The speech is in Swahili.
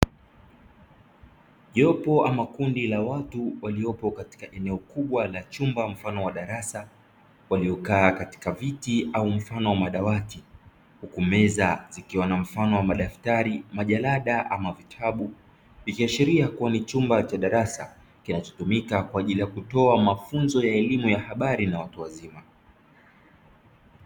Jopo ama kundi la watu waliopo katika eneo kubwa la chumba mfano wa darasa waliokaa katika viti ama mfano wa madawati huku meza zikiwa na mfano wa madaftari, majalada ama vitabu ikiashiria kuwa ni chumba cha darasa kinachotumika kwaajili ya kutoa mafunzo ya elimu ya habari na watu wazima.